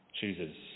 chooses